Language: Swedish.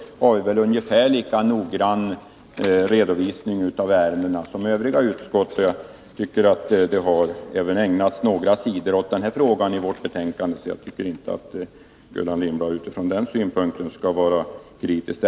Lagutskottet har väl ungefär lika noggrann redovisning av ärendena som övriga utskott, och i vårt nu förevarande betänkande har vi ju ägnat några sidor även åt den här frågan om preskriptionstiden. Jag tycker därför att Gullan Lindblad inte från den utgångspunkten skall vara kritisk.